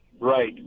right